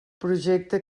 projecte